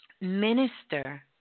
Minister